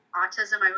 autism